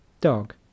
Dog